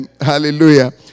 Hallelujah